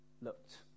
looked